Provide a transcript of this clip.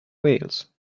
wales